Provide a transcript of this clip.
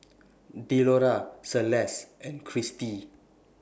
Delora Celeste and Cristi